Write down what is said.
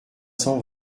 cent